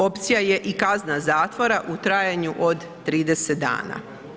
Opcija je i kazna zatvoru u trajanju od 30 dana.